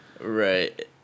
Right